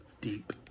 deep